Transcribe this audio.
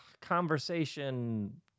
conversation